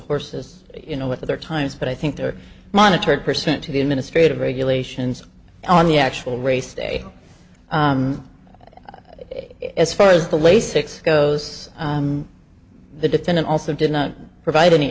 horses you know with other times but i think they're monitored percent to the administrative regulations on the actual race day as far as the lasix goes the defendant also did not provide any